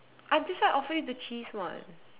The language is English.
I that's why I offered you the cheese one